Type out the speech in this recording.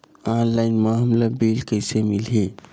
Online म हमला bill कइसे मिलही?